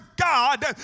God